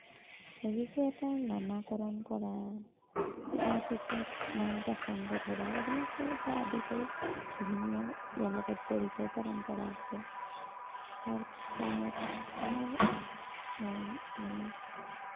শিশু এটাৰ নামাকৰণ কৰা তাৰপিছত নাম প্ৰসংগ ধৰা এইবিলাকৰ পৰা আদি কৰি বিভিন্ন ইয়াৰ লগত জড়িত পৰম্পৰা আছে তাৰপিছত আমাৰ মানে